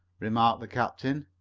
remarked the captain.